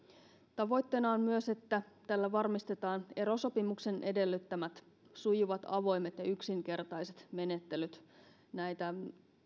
tavoitteena on myös että tällä varmistetaan erosopimuksen edellyttämät sujuvat avoimet ja yksinkertaiset menettelyt näitä